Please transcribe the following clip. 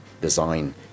design